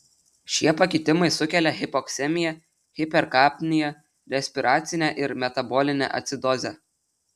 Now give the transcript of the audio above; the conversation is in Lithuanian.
šie pakitimai sukelia hipoksemiją hiperkapniją respiracinę ir metabolinę acidozę